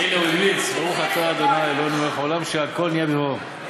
הנה הוא המליץ: ברוך אתה ה' אלוהינו מלך העולם שהכול נהיה בדברו.